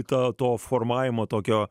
etato formavimo tokio